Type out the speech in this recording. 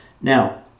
now